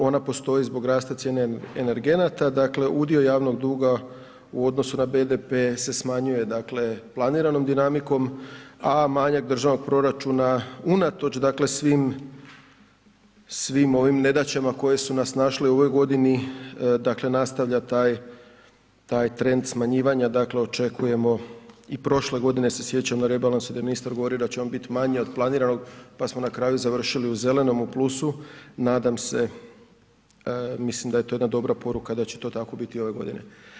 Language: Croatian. Ona postoji zbog rasta cijena energenata, dakle udio javnog duga u odnosu na BDP se smanjuje planiranom dinamikom, a manjak državnog proračuna unatoč svim ovim nedaćama koje su nas snašle u ovoj godini nastavlja taj trend smanjivanja, dakle očekujemo i prošle godine se sjećam rebalansa da je ministar govorio da će on biti manji od planiranog pa smo na kraju završili u zelenom u plusu nadam se, mislim da je to jedna dobra poruka, da će to tako biti i ove godine.